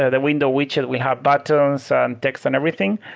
that window widget, we have patterns and texts and everything.